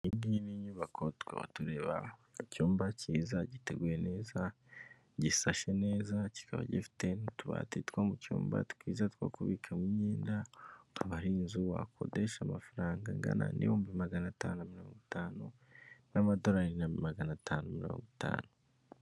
Iyi ngiyi ni nyubako tukaba tureba icyumba kiza, giteguye neza gisashe neza kikaba gifite n'utubati two mu cyumba, twiza two kubikamo imyenda, akaba ir'inzu wakodesha amafaranga angana n'ibihumbi magana atanu mirongo itanu, n'amadolari na magana atanu mirongo itanu.